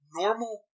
normal